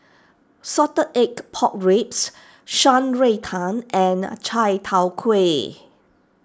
Salted Egg Pork Ribs Shan Rui Tang and Chai Tow Kway